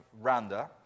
Randa